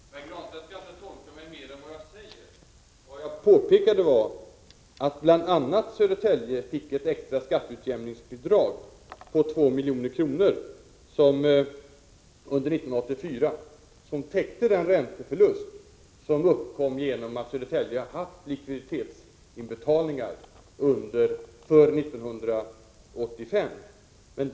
Herr talman! Pär Granstedt skall inte tolka in mer än vad jag säger. Vad jag påpekade var att bl.a. Södertälje fick ett extra skatteutjämningsbidrag på 2 milj.kr. under 1984 som täckte den ränteförlust som uppkom genom att Södertälje haft likviditetsinbetalningar för 1985.